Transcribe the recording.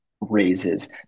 raises